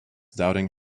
doubting